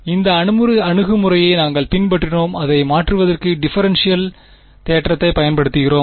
மாணவர் நாங்கள் இந்த அணுகுமுறையை நாங்கள் பின்பற்றினோம் அதை மாற்றுவதற்கு டிஃபரென்ஷியல் தேற்றத்தைப் பயன்படுத்துகிறோம்